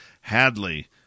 Hadley